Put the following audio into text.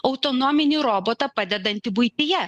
autonominį robotą padedantį buityje